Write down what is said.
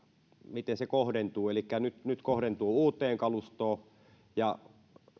miten se kohdentuu elikkä nyt se kohdentuu uuteen kalustoon